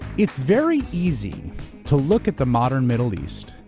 it's very easy to look at the modern middle east,